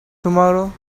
tomorrow